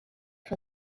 for